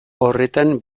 horretan